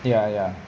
ya ya